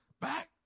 back